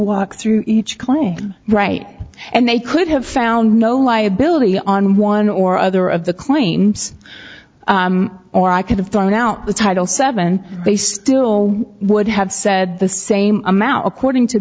walk through each claim right and they could have found no liability on one or other of the claims or i could have thrown out the title seven they still would have said the same amount according to